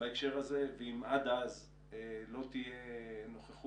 בהקשר הזה, ואם עד אז לא תהיה נוכחות